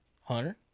Hunter